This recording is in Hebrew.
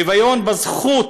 שוויון בזכות